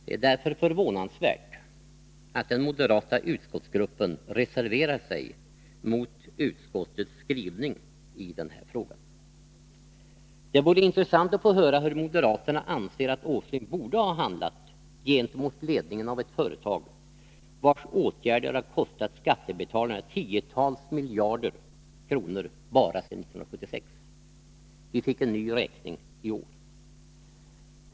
Det är därför förvånansvärt att den moderata utskottsgruppen reserverar sig mot utskottets skrivning i denna fråga. Det vore därför intressant att få höra hur moderaterna anser att Nils Åsling borde ha handlat gentemot ledningen av ett företag vars åtgärder har kostat skattebetalarna tiotals miljarder kronor bara sedan 1976. Vi fick en ny räkning i år.